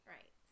Right